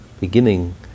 beginning